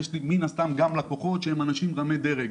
יש לי מן הסתם גם לקוחות שהם אנשי רמי דרג,